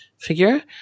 figure